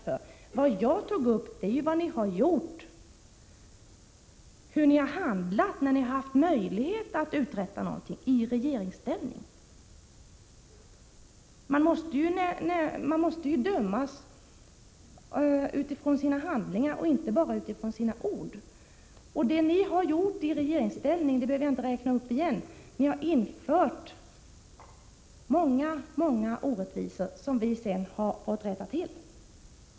Men vad jag tog upp var vad ni har gjort och hur ni har handlat när 48 ni satt i regeringsställning och hade möjlighet att uträtta någonting. Man måste ju dömas efter sina handlingar och inte bara efter sina ord. Jag skall — Prot. 1986/87:122 inte upprepa det jag sade om vad ni har gjort under er tid i regeringsställning, 13 maj 1987 men ni införde många orättvisor som vi sedan har fått rätta till.